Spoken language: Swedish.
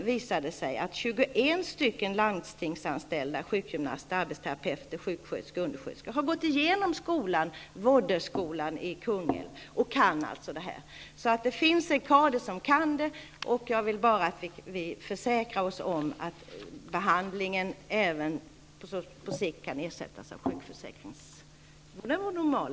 Denna enkät visade att 21 landstingsanställda sjukgymnaster, arbetsterapeuter, sjuksköterskor och undersköterskor har gått igenom vårdskolan i Kungälv och kan detta. Jag vill att vi försäkrar oss om att behandlingen på sikt kan ersättas via sjukförsäkringssystemet.